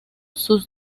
sus